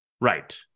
Right